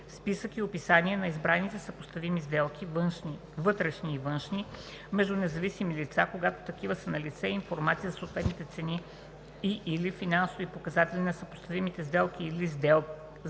списък и описание на избраните съпоставими сделки (вътрешни и външни) между независими лица, когато такива са налице, и информация за съответните цени и/или финансови показатели на съпоставимите лица или сделки,